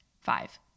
Five